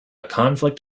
conflict